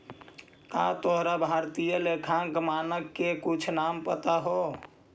का तोरा भारतीय लेखांकन मानक के कुछ नाम पता हो?